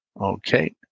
Okay